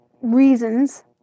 reasons